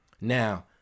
now